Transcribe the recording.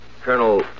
Colonel